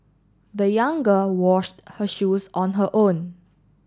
the young girl washed her shoes on her own